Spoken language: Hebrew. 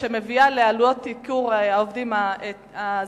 שמביאה לעלויות ייקור העובדים הזרים,